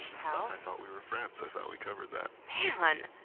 pal? i thought we were friends, i thought we covered that. man!